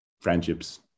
friendships